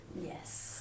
Yes